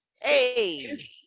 hey